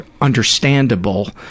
understandable